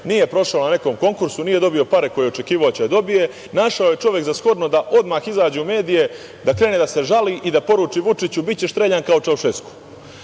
nije prošao na nekom konkursu, nije dobio pare koje je očekivao da će da dobije, našao je čovek za shodno da odmah izađe u medije, da krene da se žali i da poruči Vučiću – bićeš streljan kao Čaušesku.